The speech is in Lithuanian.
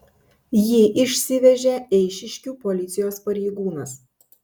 jį išsivežė eišiškių policijos pareigūnas